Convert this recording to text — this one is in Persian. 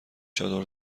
چادر